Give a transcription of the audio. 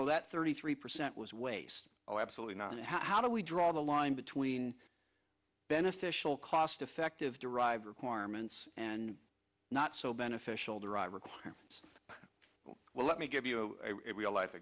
oh that thirty three percent was wasted oh absolutely not how do we draw the line between beneficial cost effective derived requirements and not so beneficial derive requests it's well let me give you a